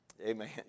Amen